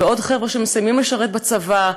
ועוד חבר'ה שמסיימים לשרת בצבא,